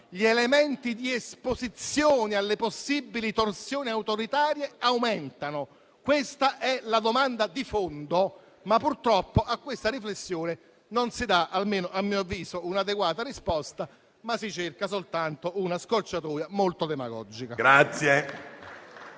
gli elementi di esposizione alle possibili torsioni autoritarie aumentano? Questa è la domanda di fondo, ma purtroppo a questa riflessione non si dà - almeno a mio avviso - un'adeguata risposta. Si cerca soltanto una scorciatoia molto demagogica.